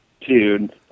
Dude